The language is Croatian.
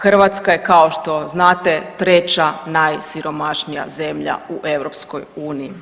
Hrvatska je kao što znate 3. najsiromašnija zemlja u EU.